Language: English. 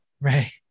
Right